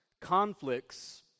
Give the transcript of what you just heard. conflicts